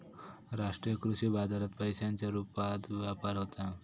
राष्ट्रीय कृषी बाजारात पैशांच्या रुपात व्यापार होता